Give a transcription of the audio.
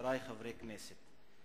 חברי חברי הכנסת,